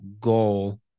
goal